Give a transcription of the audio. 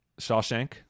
Shawshank